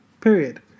period